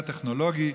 זה הטכנולוגי,